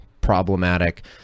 problematic